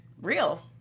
real